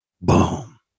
Boom